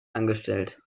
angestellt